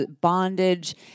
Bondage